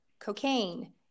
cocaine